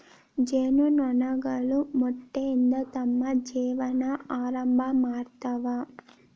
ಜೇನು ನೊಣಗಳು ಮೊಟ್ಟೆಯಿಂದ ತಮ್ಮ ಜೇವನಾ ಆರಂಭಾ ಮಾಡ್ತಾವ